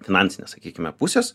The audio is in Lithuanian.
finansinės sakykime pusės